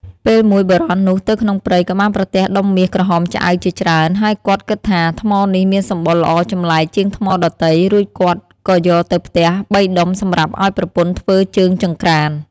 ពេលមួយ បុរសនោះទៅក្នុងព្រៃក៏បានប្រទះដុំមាសក្រហមឆ្អៅជាច្រើន ហើយគាត់គិតថា ថ្មនេះមានសម្បុរល្អចម្លែកជាងថ្មដទៃ រួចគាត់ក៏យកទៅផ្ទះបីដុំសម្រាប់ឲ្យប្រពន្ធធ្វើជើងចង្ក្រាន។